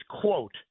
quote